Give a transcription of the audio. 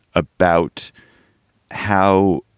about how.